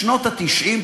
בשנות ה-90,